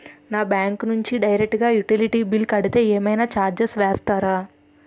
నా బ్యాంక్ నుంచి డైరెక్ట్ గా యుటిలిటీ బిల్ కడితే ఏమైనా చార్జెస్ వేస్తారా?